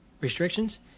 restrictions